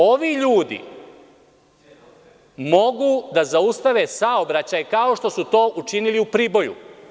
Ovi ljudi mogu da zaustave saobraćaj kao što su to učinili u Priboju.